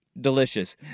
delicious